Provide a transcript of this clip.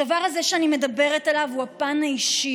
הדבר הזה שאני מדברת עליו הוא הפן האישי,